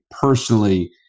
personally